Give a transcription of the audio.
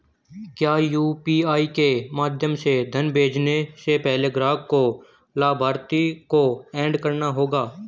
क्या यू.पी.आई के माध्यम से धन भेजने से पहले ग्राहक को लाभार्थी को एड करना होगा?